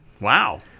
Wow